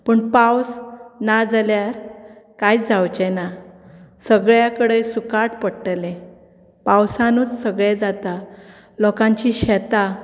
पूण पावस ना जाल्यार कांयत जावचें ना सगळ्या कडेन सुकाट पडटलें पावसानूत सगळें जाता लोकांचीं शेतां